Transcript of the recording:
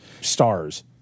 Stars